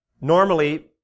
normally